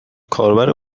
کاربر